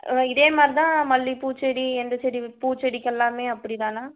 இதே மாதிரி தான் மல்லிகைப்பூ செடி எந்த செடி பூச்செடிக்கு எல்லாமே அப்படி தானா